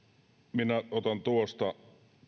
minä otan tuosta